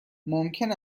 ممکن